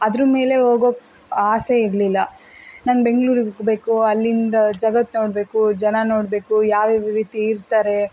ಅದ್ರ್ಮೇಲೆ ಹೋಗೋಕ್ಕೆ ಆಸೆ ಇರಲಿಲ್ಲ ನಂಗೆ ಬೆಂಗ್ಳೂರಿಗೆ ಹೋಗಬೇಕು ಅಲ್ಲಿಂದ ಜಗತ್ತು ನೋಡಬೇಕು ಜನ ನೋಡಬೇಕು ಯಾವ್ಯಾವ ರೀತಿ ಇರ್ತಾರೆ